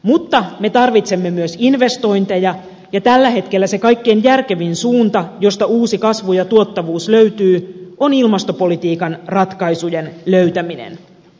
mutta me tarvitsemme myös investointeja ja tällä hetkellä se kaikkein järkevin suunta josta uusi kasvu ja tuottavuus löytyvät on ilmastopolitiikan ratkaisujen löytäminen